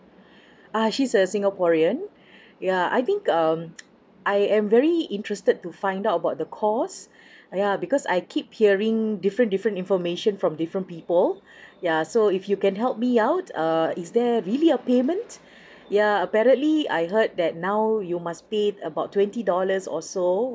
ah she's a singaporean yeah I think um I am very interested to find out about the cost ah ya because I keep hearing different different information from different people yeah so if you can help me out err is there really a payment yeah apparently I heard that now you must pay about twenty dollars or so